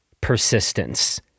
persistence